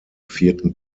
vierten